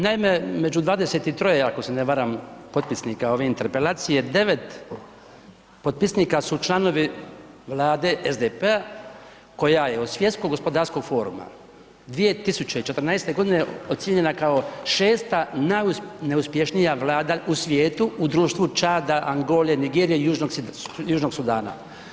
Naime, među 23 ako se ne varam, potpisnika ove interpelacije, 9 potpisnika su članovi vlade SDP-a, koja je od Svjetskog gospodarskog foruma 2014. g. ocjenjena kao 6. najneuspješnija Vlada u svijetu, u društvu Čada, Angole, Nigerije i Južnog Sudana.